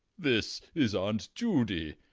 this is aunt judy.